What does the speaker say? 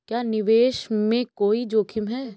क्या निवेश में कोई जोखिम है?